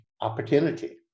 opportunity